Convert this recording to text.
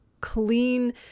clean